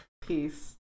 Peace